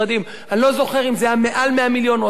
אני לא זוכר אם זה היה מעל 100 מיליון או עשרות מיליונים,